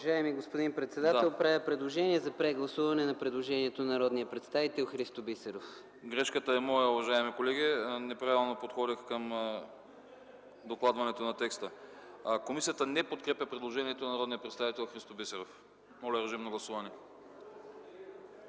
Уважаеми господин председател, правя предложение за прегласуване на предложението на народния представител Христо Бисеров. ПРЕДСЕДАТЕЛ АНАСТАС АНАСТАСОВ: Грешката е моя, уважаеми колеги, неправилно подходих към докладването на текста. Комисията не подкрепя предложението на народния представител Христо Бисеров. Моля, гласувайте.